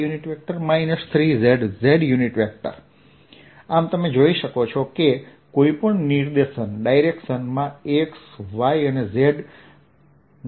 A2xx2yy 3zz આમ તમે જોઈ શકો છો કે કોઈ પણ નિર્દેશન માં x y અને z ના ત્રણેય ઘટકો છે